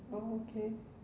oh okay